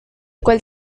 cual